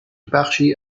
بخشی